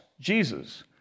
Jesus